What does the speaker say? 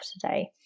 today